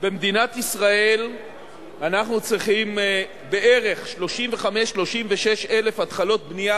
במדינת ישראל אנחנו צריכים 35,000 36,000 התחלות בנייה